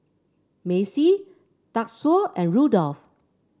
Macey Tatsuo and Rudolf